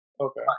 Okay